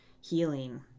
healing